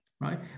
right